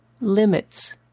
limits